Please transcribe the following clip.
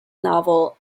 novel